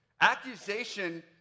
Accusation